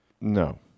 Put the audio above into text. No